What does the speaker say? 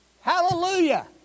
Hallelujah